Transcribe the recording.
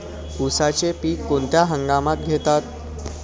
उसाचे पीक कोणत्या हंगामात घेतात?